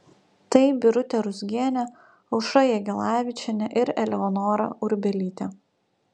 tai birutė ruzgienė aušra jagelavičienė ir eleonora urbelytė